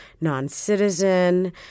non-citizen